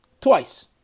Twice